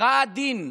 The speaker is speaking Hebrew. הכרעת דין,